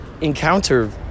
encounter